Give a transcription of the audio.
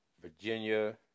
Virginia